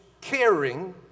caring